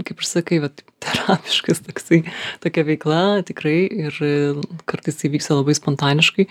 kaip ir sakai vat terapiškas toksai tokia veikla tikrai ir kartais tai vyksta labai spontaniškai